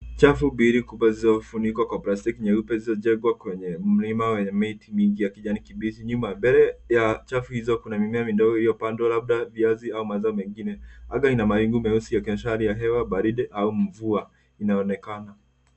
Chafu mbili kubwa zilizofunikwa kwa plastiki nyeupe zilizojengwa kwenye mlima wenye miti mingi ya kijani kibichi nyuma. Mbele ya chafu hizo kuna mimea midogo iliyopandwa labda viazi au mazao mengine. Anga ina mawingu meusi yakionyesha hali ya hewa baridi au mvua inaonekana.